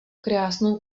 krásnou